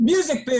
Music